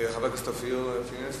וחבר הכנסת אופיר פינס?